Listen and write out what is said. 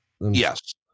Yes